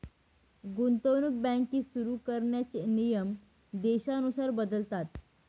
गुंतवणूक बँकिंग सुरु करण्याचे नियम देशानुसार बदलतात